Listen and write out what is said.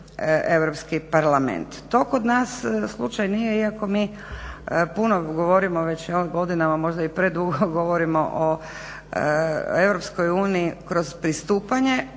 To kod nas slučaj nije iako mi puno govorimo već u ovim godinama, možda i predugo govorimo o EU kroz pristupanje,